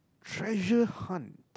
treasure hunt